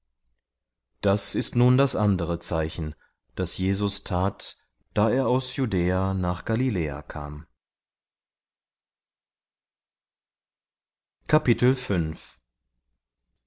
das ist nun das andere zeichen das jesus tat da er aus judäa nach galiläa kam